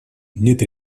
нет